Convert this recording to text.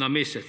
na mesec.